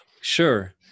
Sure